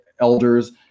elders